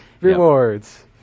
rewards